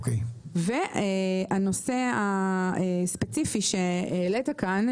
לגבי הנושא הספציפי שהעלית כאן.